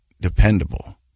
dependable